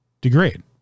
degrade